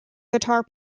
guitar